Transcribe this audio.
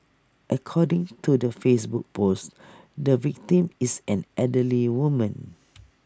according to the Facebook post the victim is an elderly woman